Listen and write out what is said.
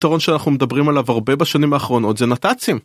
שאנחנו מדברים עליו הרבה בשנים האחרונות זה נת"צים.